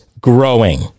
growing